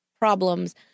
problems